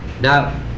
Now